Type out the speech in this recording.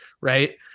right